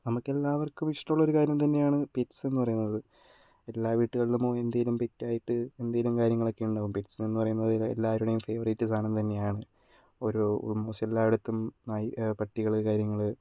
നമ്മുക്ക് എല്ലാവർക്കും ഇഷ്ടം ഉള്ള ഒരു കാര്യം തന്നെയാണ് പെറ്റ്സ് എന്നു പറയുന്നത് എല്ലാ വീടുകളിലും എന്തെങ്കിലും പെറ്റ് ആയിട്ട് എന്തെങ്കിലും കാര്യങ്ങളൊക്കെ ഉണ്ടാവും പെറ്റ്സ് എന്നു പറയുന്നത് എല്ലാവരുടെയും ഫേവറൈറ്റ് സാധനം തന്നെയാണ് ഓരോ ആൾമോസ്റ്റ് എല്ലായിടത്തും നായ് പട്ടികൾ കാര്യങ്ങൾ